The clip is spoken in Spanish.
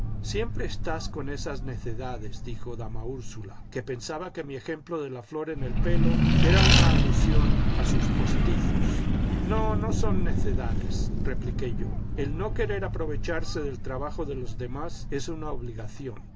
siempre estás con esas necedades dijo dama úrsula que pensaba que mi ejemplo de la flor en el pelo era una alusión a sus postizos no no son necedades repliqué yo el no querer aprovecharse del trabajo de los demás es una obligación